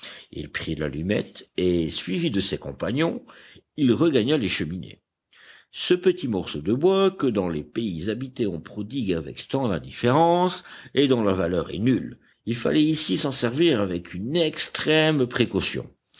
il prit l'allumette et suivi de ses compagnons il regagna les cheminées ce petit morceau de bois que dans les pays habités on prodigue avec tant d'indifférence et dont la valeur est nulle il fallait ici s'en servir avec une extrême précaution